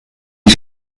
ich